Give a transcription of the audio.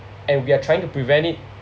and we are trying to prevent it